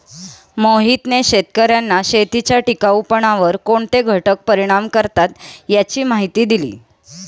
मोहितने शेतकर्यांना शेतीच्या टिकाऊपणावर कोणते घटक परिणाम करतात याची माहिती दिली